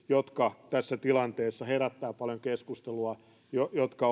jotka tässä tilanteessa herättävät paljon keskustelua ja jotka